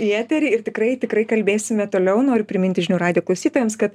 į eterį ir tikrai tikrai kalbėsime toliau noriu priminti žinių radijo klausytojams kad